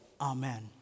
Amen